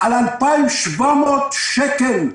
על 2,700 שקלים,